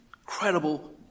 incredible